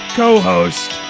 co-host